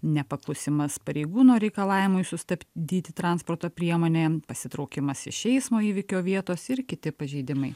nepaklusimas pareigūno reikalavimui sustabdyti transporto priemonę pasitraukimas iš eismo įvykio vietos ir kiti pažeidimai